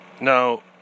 Now